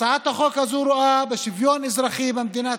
הצעת החוק הזאת רואה בשוויון אזרחי במדינת